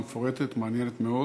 מפורטת ומעניינת מאוד.